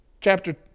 chapter